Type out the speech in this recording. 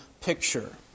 picture